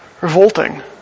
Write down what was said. revolting